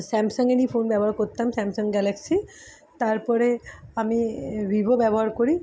স্যামসংয়েরই phone ব্যবহার করতাম Samsung Galaxy তারপরে আমি ভিভো ব্যবহার করি